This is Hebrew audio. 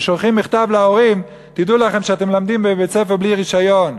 ושולחים מכתב להורים: תדעו לכם שאתם לומדים בבית-ספר בלי רישיון.